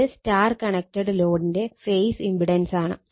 ഇത് Y connected ലോഡിന്റെ phase ഇമ്പിടാൻസാണ്